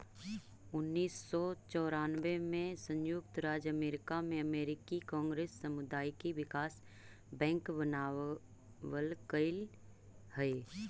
उन्नीस सौ चौरानबे में संयुक्त राज्य अमेरिका में अमेरिकी कांग्रेस सामुदायिक विकास बैंक बनवलकइ हई